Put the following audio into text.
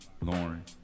Lauren